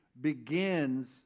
begins